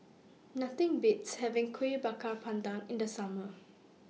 Nothing Beats having Kueh Bakar Pandan in The Summer